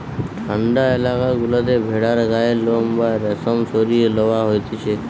ঠান্ডা এলাকা গুলাতে ভেড়ার গায়ের লোম বা রেশম সরিয়ে লওয়া হতিছে